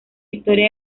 historia